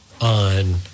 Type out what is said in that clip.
on